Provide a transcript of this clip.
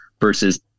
versus